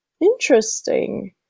Interesting